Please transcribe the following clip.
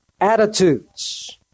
attitudes